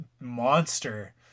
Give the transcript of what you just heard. monster